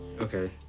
okay